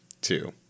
two